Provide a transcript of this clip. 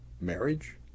marriage